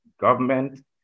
government